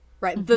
Right